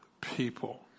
people